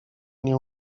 nie